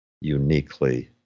uniquely